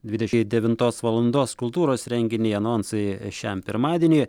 dvideši devintos valandos kultūros renginiai anonsai šiam pirmadieniui